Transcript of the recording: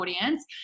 audience